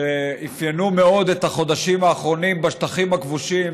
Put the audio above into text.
שאפיינו מאוד את החודשים האחרונים בשטחים הכבושים,